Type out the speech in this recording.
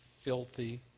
filthy